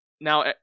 now